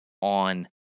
on